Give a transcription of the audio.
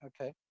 Okay